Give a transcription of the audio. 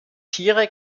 tiere